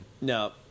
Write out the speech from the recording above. No